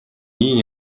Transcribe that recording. ийн